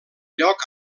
lloc